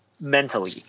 mentally